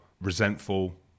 resentful